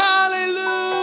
Hallelujah